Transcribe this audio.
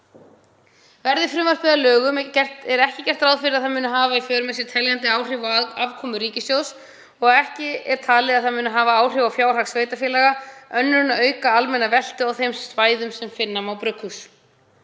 Verði frumvarpið að lögum er ekki gert er ráð fyrir að það muni hafa í för með sér teljandi áhrif á afkomu ríkissjóðs og ekki er talið að það muni hafa áhrif á fjárhag sveitarfélaga önnur en að auka almenna veltu á þeim svæðum þar sem finna má brugghús.